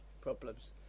problems